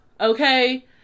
okay